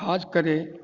ख़ासि करे